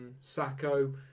Sacco